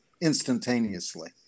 instantaneously